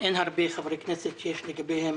אין הרבה חברי כנסת שיש לגביהם